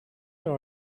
all